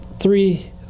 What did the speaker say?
three